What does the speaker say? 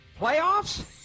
Playoffs